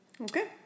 Okay